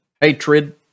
Hatred